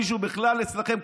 מישהו בכלל אצלכם,